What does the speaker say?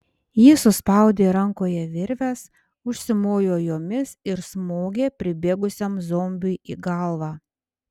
jis suspaudė rankoje virves užsimojo jomis ir smogė pribėgusiam zombiui į galvą